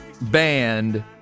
band